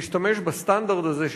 להשתמש בסטנדרט הזה,